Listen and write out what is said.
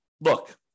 look